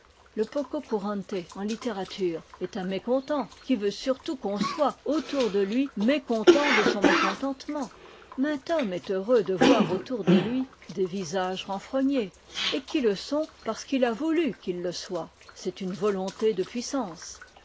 le pococurante en littérature est un mécontent qui veut surtout qu'on soit autour de lui mécontent de son mécontentement maint homme est heureux de voir autour de lui des visages renfrognés et qui le sont parce qu'il a voulu qu'ils le soient c'est une volonté de puissance